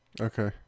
Okay